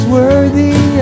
worthy